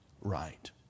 right